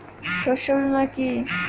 শস্য বীমা কি?